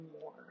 more